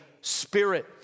Spirit